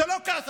זה לא ככה.